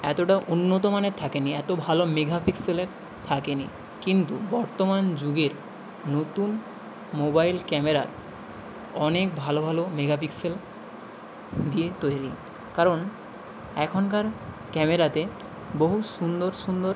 এতোটা উন্নত মানের থাকেনি এতো ভালো মেগাপিক্সেলের থাকেনি কিন্তু বর্তমান যুগের নতুন মোবাইল ক্যামেরা অনেক ভালো ভালো মেগাপিক্সেল দিয়ে তৈরি কারণ এখনকার ক্যামেরাতে বহু সুন্দর সুন্দর